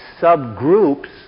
subgroups